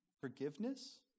forgiveness